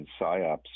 PSYOPs